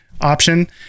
option